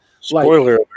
spoiler